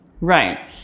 Right